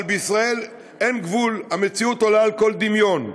אבל בישראל אין גבול, המציאות עולה על כל דמיון.